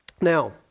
Now